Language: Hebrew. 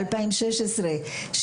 ב-2016,